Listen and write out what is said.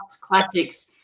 classics